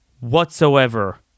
Whatsoever